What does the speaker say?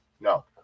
no